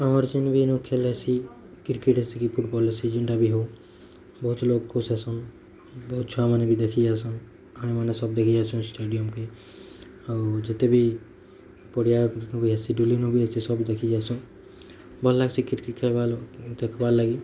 ଆମର ସିନ୍ ବିନୁ ଖେଲ୍ ହେସି କ୍ରିକେଟ୍ ହେସି କି ଫୁଟବଲ୍ ହେସି ଯେନ୍ତା ବି ହଉ ବହୁତ ଲୋକ ଖୁସ୍ ହେସନ୍ ବହୁତ ଛୁଆ ମାନେ ବି ଦେଖି ଯାଏସନ୍ ଆମେ ମାନେ ସବୁ ଦେଖି ଯାଏସୁ ଷ୍ଟାଡିଅମ କେ ଆଉ ଯେତେ ବି ପଡ଼ିଆ ବି ହେସି ଟୁଲିନ ବି ହେସି ସବୁ ଦେଖି ଯାସନ ଭଲ ଲାଗ୍ସି କ୍ରିକେଟ୍ ଖେଲ୍ ବାର୍ ଦେଖିବାର୍ ଲାଗି